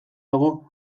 dago